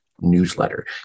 newsletter